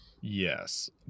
Yes